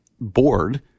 bored